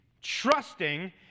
trusting